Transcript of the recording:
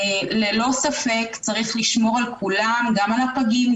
ללא ספק צריך לשמור על כולם גם על הפגים,